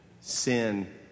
sin